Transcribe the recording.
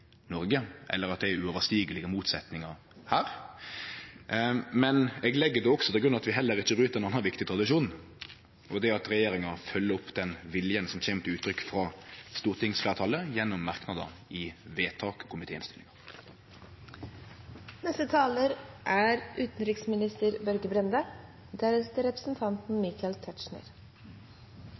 Noreg, eller at det er uoverstigelege motsetningar her. Men då legg eg også til grunn at vi heller ikkje bryt ein annan viktig tradisjon, og det er at regjeringa følgjer opp den viljen som kjem til uttrykk frå stortingsfleirtalet gjennom merknader og forslag til vedtak i komiteen si innstilling. Jeg synes det er